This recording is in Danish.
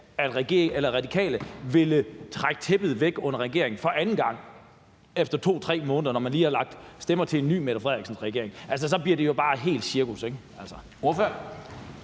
at Radikale ville trække tæppet væk under regeringen for anden gang efter 2-3 måneder, når man lige har lagt stemmer til en ny Mette Frederiksen-regering; så bliver det jo bare helt cirkus, ikke?